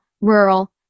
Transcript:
rural